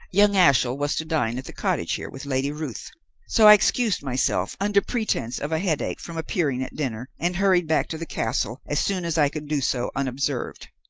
young ashiel was to dine at the cottage here, with lady ruth so i excused myself under pretence of a headache from appearing at dinner, and hurried back to the castle as soon as i could do so unobserved.